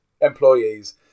employees